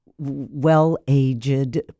well-aged